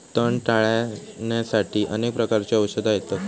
तण टाळ्याण्यासाठी अनेक प्रकारची औषधा येतत